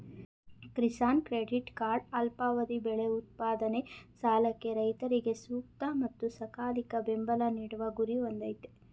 Kisan credit card ಅಲ್ಪಾವಧಿ ಬೆಳೆ ಉತ್ಪಾದನೆ ಸಾಲಕ್ಕೆ ರೈತರಿಗೆ ಸೂಕ್ತ ಮತ್ತು ಸಕಾಲಿಕ ಬೆಂಬಲ ನೀಡುವ ಗುರಿ ಹೊಂದಯ್ತೆ